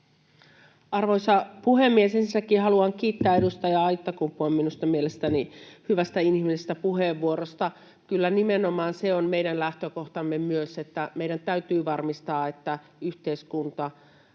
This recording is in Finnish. Arvoisa puhemies! Ensinnäkin haluan kiittää edustaja Aittakumpua minun mielestäni hyvästä, inhimillisestä puheenvuorosta. Kyllä, nimenomaan se on meidän lähtökohtamme myös, että meidän täytyy varmistaa, että yhteiskunta